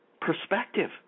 perspective